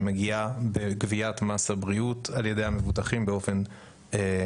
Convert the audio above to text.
אלא היא מגיעה על ידי גביית מס הבריאות באופן פרוגרסיבי.